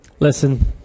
Listen